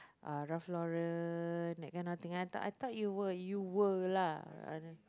uh Ralph-Lauren and that kind of thing I thought I thought you were you were lah uh nah